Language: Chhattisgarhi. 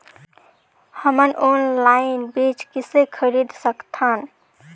हमन मन ऑनलाइन बीज किसे खरीद सकथन?